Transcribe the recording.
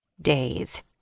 Days